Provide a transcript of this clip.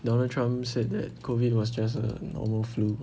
donald trump said that COVID was just a normal flu